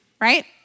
right